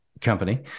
company